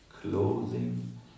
clothing